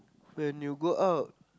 when you go out